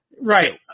Right